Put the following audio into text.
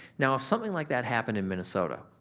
now, if something like that happened in minnesota,